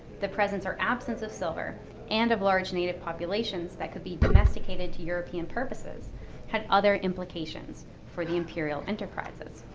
the presence or absence of silver and of large native populations that could be domesticated to european purposes had other implications for the imperial enterprises.